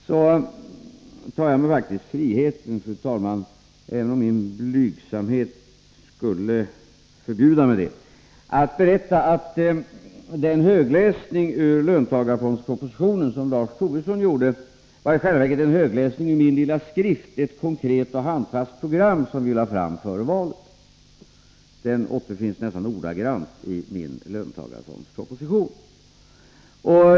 Jag tar mig faktiskt friheten, fru talman, att berätta — även om min blygsamhet egentligen skulle förbjuda mig det — att den högläsning ur löntagarfondspropositionen som Lars Tobisson stod för i själva verket var en högläsning ur min lilla skrift Ett konkret och handfast program, som vi lade fram före valet; den återfinns nästan ordagrant i min löntagarfondsproposition.